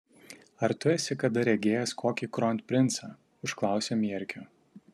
ar tu esi kada regėjęs kokį kronprincą užklausė mierkio